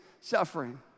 suffering